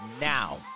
now